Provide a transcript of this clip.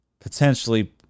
Potentially